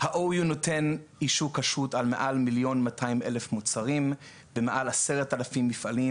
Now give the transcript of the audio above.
ה-OU נותן אישור כשרות על מעל 1.2 מיליון מוצרים במעל 10,000 מפעלים,